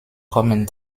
kommen